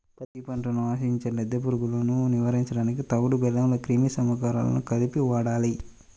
పత్తి పంటను ఆశించే లద్దె పురుగులను నివారించడానికి తవుడు బెల్లంలో క్రిమి సంహారకాలను కలిపి వాడాలి